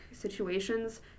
situations